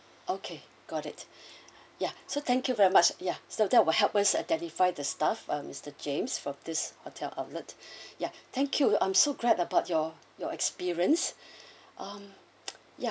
okay got it ya so thank you very much yeah so that will help us to identify the staff uh mister james of this hotel outlet ya thank you I'm so glad about your your experience um ya